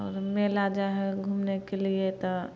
आओर मेला जाइ हइ घुमनेके लिए तऽ